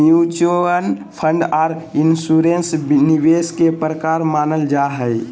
mutual fund आर insurance निवेश के प्रकार मानल जा हय